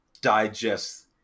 digest